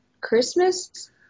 Christmas